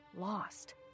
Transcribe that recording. lost